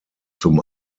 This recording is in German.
zum